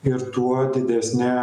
ir tuo didesnė